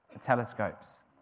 telescopes